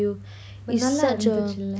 நல்ல இருந்துசில:nalla irunthuchila